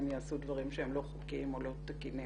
הם יעשו דברים שהם לא חוקיים או לא תקינים.